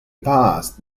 past